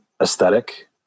aesthetic